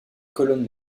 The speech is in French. colonnes